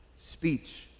speech